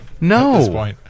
No